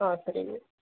ஆ சரிங்க